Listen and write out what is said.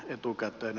etukäteen